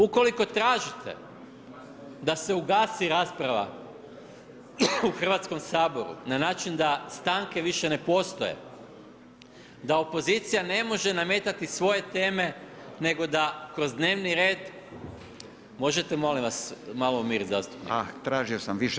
Ukoliko tražite da se ugasi rasprava u Hrvatskom saboru na način da stanke više ne postoje, da opozicija ne može nametati svoje teme, nego da kroz dnevni red, možete molim vas, malo umiriti zastupnike